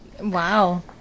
Wow